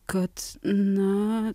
kad na